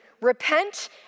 Repent